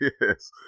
yes